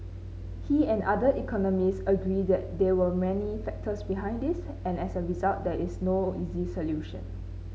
he and other economists agree they there were many factors behind this and as a result there is no easy solution